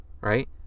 right